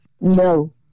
No